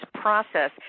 process